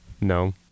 No